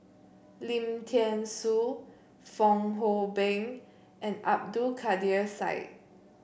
Lim Thean Soo Fong Hoe Beng and Abdul Kadir Syed